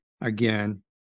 again